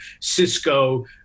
Cisco